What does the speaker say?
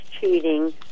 cheating